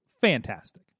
fantastic